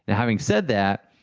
and having said that,